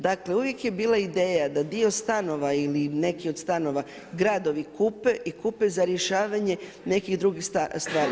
Dakle, uvijek je bila ideja da dio stanova ili neki od stanova gradovi kupe i kupe za rješavanje nekih drugih stvari.